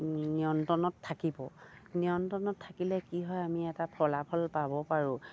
নিয়ন্ত্ৰণত থাকিব নিয়ন্ত্ৰণত থাকিলে কি হয় আমি এটা ফলাফল পাব পাৰোঁ